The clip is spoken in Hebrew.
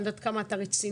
אני יודעת כמה אתה רציני,